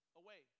away